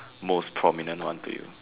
most prominent one to you